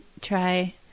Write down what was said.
try